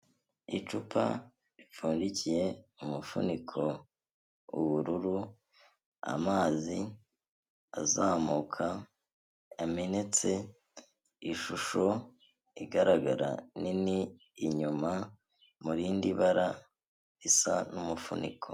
Icupa ripfundikiye, umufuniko w'ubururu, amazi azamuka, yamenetse, ishusho igaragara nini inyuma mu rindi bara risa n'umufuniko.